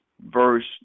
verse